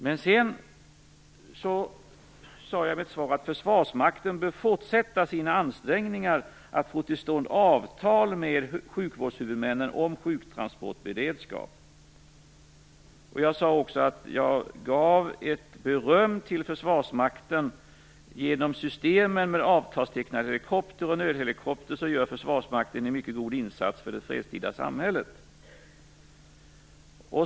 Men jag sade också i mitt svar att Försvarsmakten bör fortsätta sina ansträngningar att få till stånd avtal med sjukvårdshuvudmännen om sjuktransportberedskap. Jag gav också beröm till Försvarsmakten, som genom systemen med avtalstecknad helikopter och nödhelikopter gör en mycket god insats för det fredstida samhället.